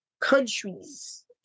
countries